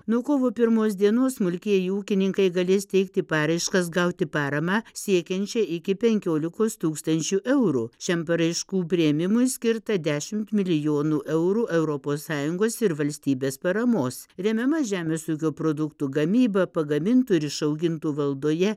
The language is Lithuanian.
nuo kovo pirmos dienos smulkieji ūkininkai galės teikti paraiškas gauti paramą siekiančią iki penkiolikos tūkstančių eurų šiam paraiškų priėmimui skirta dešimt milijonų eurų europos sąjungos ir valstybės paramos remiama žemės ūkio produktų gamyba pagamintų ir išaugintų valdoje